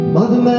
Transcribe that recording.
Mother